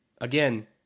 again